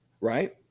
right